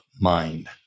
mind